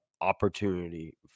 opportunity